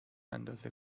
اندازه